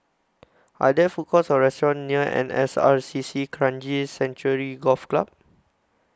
Are There Food Courts Or restaurants near N S R C C Kranji Sanctuary Golf Club